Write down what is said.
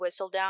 Whistledown